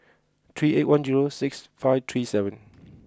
three eight one zero six five three seven